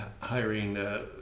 hiring